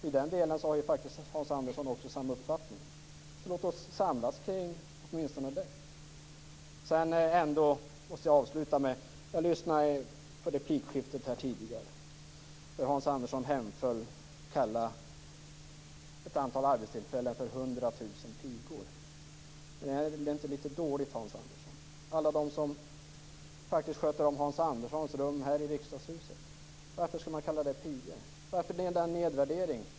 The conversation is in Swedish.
I den delen har ju faktiskt också Hans Andersson samma uppfattning. Låt oss därför samlas kring åtminstone det. Sedan måste jag ändå avsluta med att säga att jag lyssnade på replikskiftet tidigare. Där hemföll Hans Andersson åt att kalla ett antal arbetstillfällen för 100 000 pigor. Är det inte litet dåligt, Hans Andersson? Alla de som sköter om Hans Anderssons rum här i Riksdagshuset - varför skall man kalla dem pigor? Varför denna nedvärdering?